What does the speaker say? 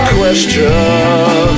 question